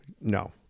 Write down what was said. no